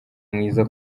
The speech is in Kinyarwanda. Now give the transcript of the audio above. mwiza